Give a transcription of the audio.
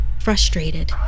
Frustrated